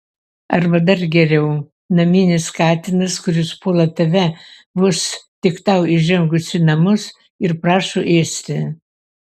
arba dar geriau naminis katinas kuris puola tave vos tik tau įžengus į namus ir prašo ėsti